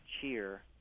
cheer